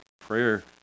prayer